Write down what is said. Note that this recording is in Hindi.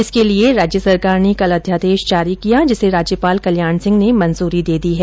इसके लिए राज्य सरकार ने कल अध्यादेश जारी कर दिया जिसे राज्यपाल कल्याण सिंह ने मंजूरी दे दी है